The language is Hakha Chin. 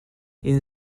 inn